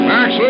Max